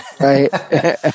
Right